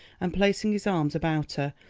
and placing his arms about her,